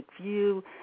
view